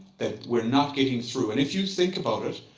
that we're not getting through. and if you think about it,